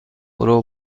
برو